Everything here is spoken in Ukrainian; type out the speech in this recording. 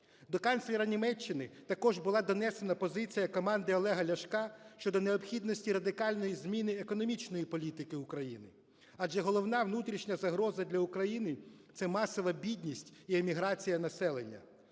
До канцлера Німеччини також була донесена позиція команди Олега Ляшка щодо необхідності радикальної зміни економічної політики України, адже головну внутрішня загроза для України – це масова бідність і еміграція населення.